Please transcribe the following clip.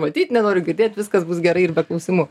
matyt nenoriu girdėt viskas bus gerai ir be klausimų